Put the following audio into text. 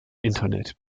internet